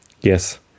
Yes